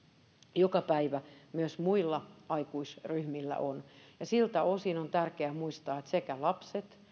joka päivä myös muilla aikuisryhmillä on siltä osin on tärkeä muistaa että sekä lapset